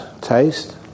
taste